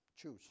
choose